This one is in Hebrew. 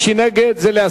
זה,